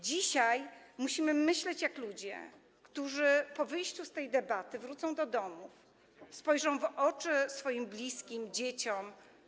Dzisiaj musimy myśleć jak ludzie, którzy po wyjściu z tej debaty wrócą do domów, spojrzą w oczy swoim bliskim, dzieciom.